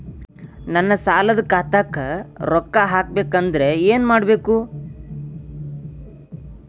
ನನ್ನ ಸಾಲದ ಖಾತಾಕ್ ರೊಕ್ಕ ಹಾಕ್ಬೇಕಂದ್ರೆ ಏನ್ ಮಾಡಬೇಕು?